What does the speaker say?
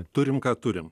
turim ką turim